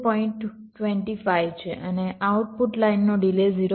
25 છે અને આઉટપુટ લાઇનનો ડિલે 0